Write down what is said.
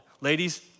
Ladies